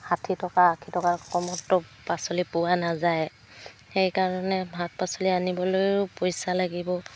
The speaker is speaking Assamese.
ষাঠি টকা আশী টকাৰ কমতটো পাচলি পোৱা নাযায় সেইকাৰণে শাক পাচলি আনিবলৈও পইচা লাগিব